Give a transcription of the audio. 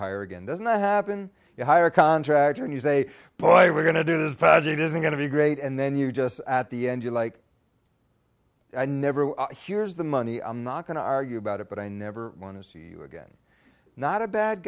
hire again does not happen you hire a contractor and you say boy you are going to do this project is going to be great and then you just at the end you like i never here's the money i'm not going to argue about it but i never want to see you again not a bad